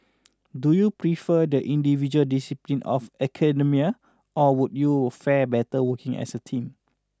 do you prefer the individual discipline of academia or would you fare better working as a team